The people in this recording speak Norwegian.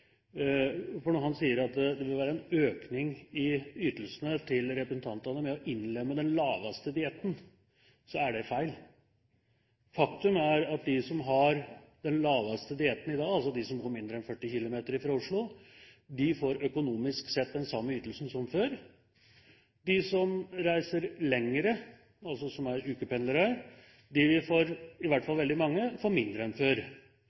for når han sier at det vil være en økning i ytelsene til representantene ved å innlemme den laveste dietten, så er det feil. Faktum er at de som har den laveste dietten i dag, altså de som bor mindre enn 40 km fra Oslo, får økonomisk sett den samme ytelsen som før. De som reiser lenger, altså de som er ukependlere, vil – i hvert fall veldig mange – få mindre enn før